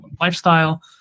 lifestyle